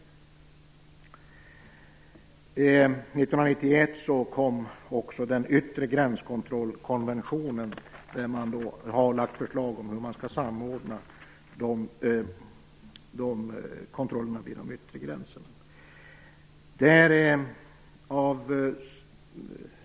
1991 kom också den yttre gränskontrollkonventionen där man har lagt fram förslag om hur man skall samordna kontrollen vid de yttre gränserna.